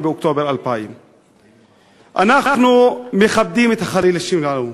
באוקטובר 2000. אנחנו מכבדים את החללים שלנו.